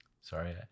Sorry